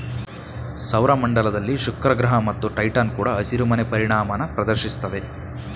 ಸೌರ ಮಂಡಲದಲ್ಲಿ ಶುಕ್ರಗ್ರಹ ಮತ್ತು ಟೈಟಾನ್ ಕೂಡ ಹಸಿರುಮನೆ ಪರಿಣಾಮನ ಪ್ರದರ್ಶಿಸ್ತವೆ